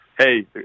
Hey